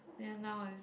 then now is